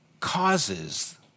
causes